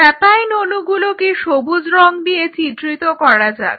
papain অণুগুলোকে সবুজ রং দিয়ে চিত্রিত করা যাক